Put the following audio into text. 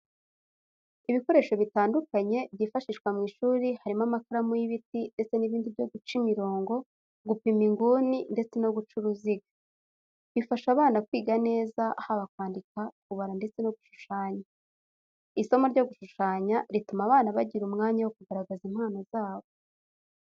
Ibikoresho bitandukanye byifashishwa mu ishuri harimo amakaramu y'ibiti ndetse n'ibindi byo guca imirongo, gupima inguni, ndetse no guca uruziga. Bifasha abana kwiga neza haba kwandika, kubara ndetse no gushushanya. Isomo ryo gushushanya rituma abana bagira umwanya wo kugaragaza impano zabo.